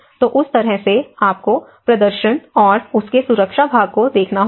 तो उस तरह से आपको प्रदर्शन और इसके सुरक्षा भाग को देखना होगा